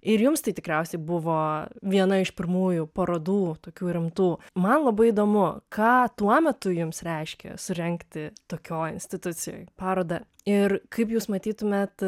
ir jums tai tikriausiai buvo viena iš pirmųjų parodų tokių rimtų man labai įdomu ką tuo metu jums reiškė surengti tokioj institucijoj parodą ir kaip jūs matytumėt